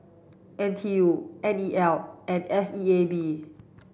N T U N E L and S E A B